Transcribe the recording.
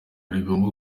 rigomba